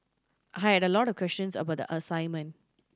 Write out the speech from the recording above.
I had a lot of questions about the assignment